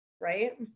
right